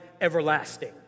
everlasting